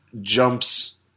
jumps